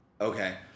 Okay